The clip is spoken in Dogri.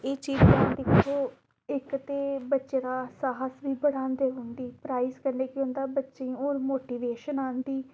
एह् चीज़ां दिक्खो इक ते बच्चे दा साहस बी बढ़ांदे रौंहदी प्राइज़ कन्नै केह् होंदा बच्चें गी होर मोटीवेशन आंदी